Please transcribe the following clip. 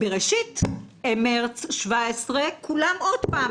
בראשית מרס 2017 כולם עוד פעם,